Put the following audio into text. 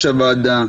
הוועדה,